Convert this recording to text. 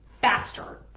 faster